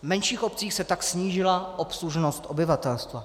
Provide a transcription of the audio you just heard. V menších obcích se tak snížila obslužnost obyvatelstva.